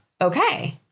Okay